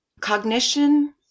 cognition